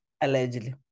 Allegedly